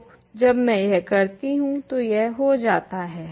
तो जब मैं यह करती हूँ तो यह हो जाता है